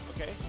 Okay